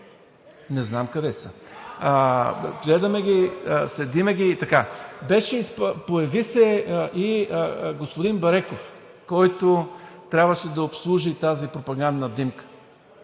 гледаме ги, следим ги. Появи се и господин Бареков, който трябваше да обслужи тази пропагандна димка.